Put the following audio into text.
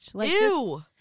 Ew